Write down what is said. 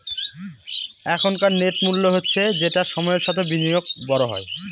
এখনকার নেট মূল্য হচ্ছে যেটা সময়ের সাথে বিনিয়োগে বড় হয়